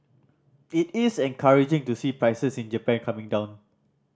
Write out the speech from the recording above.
it is encouraging to see prices in Japan coming down